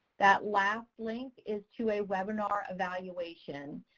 that last link is to a webinar evaluation.